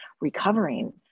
recovering